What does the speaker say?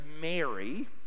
Mary